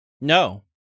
No